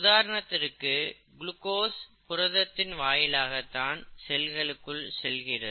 உதாரணத்திற்கு குளுக்கோஸ் புரதத்தின் வாயிலாகத்தான் செல்களுக்குள் செல்கிறது